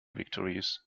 victories